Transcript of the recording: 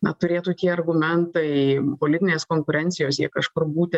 na turėtų tie argumentai politinės konkurencijos jie kažkur būti